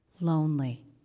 lonely